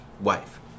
wife